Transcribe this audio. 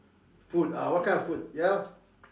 food ah what kind of food ya